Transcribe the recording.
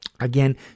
Again